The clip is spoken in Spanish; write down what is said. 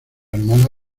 hermana